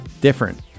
Different